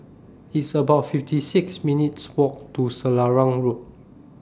It's about fifty six minutes' Walk to Selarang Road